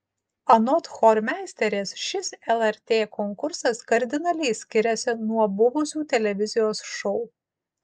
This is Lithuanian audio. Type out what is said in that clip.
anot chormeisterės šis lrt konkursas kardinaliai skiriasi nuo buvusių televizijos šou